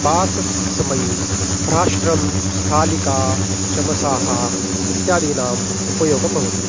पाकसमये भ्राष्ट्रं स्थालिका चमसाः इत्यादीनाम् उपयोगः भवति